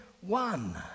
one